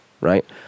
right